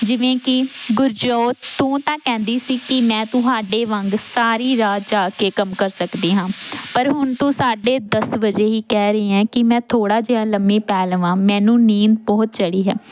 ਜਿਵੇਂ ਕਿ ਗੁਰਜੋਤ ਤੂੰ ਤਾ ਕਹਿੰਦੀ ਸੀ ਕਿ ਮੈਂ ਤੁਹਾਡੇ ਵਾਂਗ ਸਾਰੀ ਰਾਤ ਜਾਗ ਕੇ ਕੰਮ ਕਰ ਸਕਦੀ ਹਾਂ ਪਰ ਹੁਣ ਤੂੰ ਸਾਢੇ ਦਸ ਵਜੇ ਹੀ ਕਹਿ ਰਹੀ ਐਂ ਕਿ ਮੈਂ ਥੋੜ੍ਹਾ ਜਿਹਾ ਲੰਮੀ ਪੈ ਲਵਾਂ ਮੈਨੂੰ ਨੀਂਦ ਬਹੁਤ ਚੜ੍ਹੀ ਹੈ